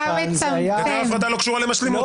זה היה --- גדר ההפרדה בכלל לא קשורה למשלימות.